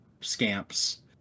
scamps